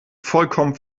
vollkommen